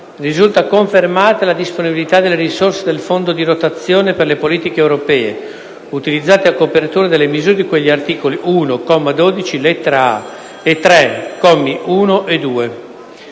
risulta confermata la disponibilitadelle risorse del Fondo di rotazione per le politiche europee, utilizzate a copertura delle misure di cui agli articoli 1, comma 12,